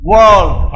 World